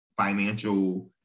financial